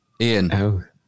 Ian